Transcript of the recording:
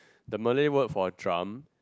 the Malay word for a drum